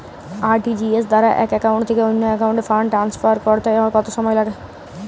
RTGS দ্বারা এক account থেকে অন্য একাউন্টে ফান্ড ট্রান্সফার করতে কত সময় লাগে?